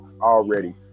already